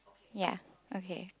ya okay